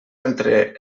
entre